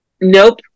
Nope